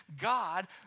God